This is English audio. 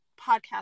podcast